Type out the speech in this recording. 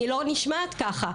אני לא נשמעת ככה.